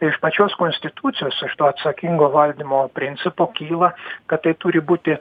iš pačios konstitucijos iš to atsakingo valdymo principo kyla kad tai turi būti